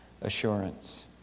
assurance